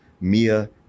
Mia